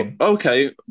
Okay